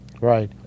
Right